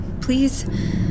please